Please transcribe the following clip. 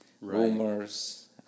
rumors